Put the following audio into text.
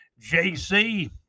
JC